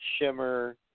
Shimmer